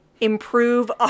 improve